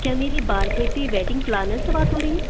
क्या मेरी बात पेटी वेडिंग प्लानर से बात हो रही है